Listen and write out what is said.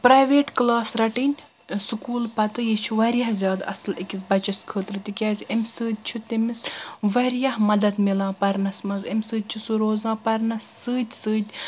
private class رٹٕنۍ school پتہٕ یہِ چھُ واریاہ زیادٕ اَصٕل أکِس بچس خٲطرٕ تہِ کیٛازِ اَمہِ سۭتۍ چھُ تٔمِس واریاہ مدد میلان پرنس منٛز اَمہِ سۭتۍ چھُ سُہ روزان پرنس سۭتۍ سۭتۍ